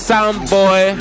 Soundboy